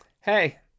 hey